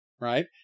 Right